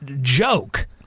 joke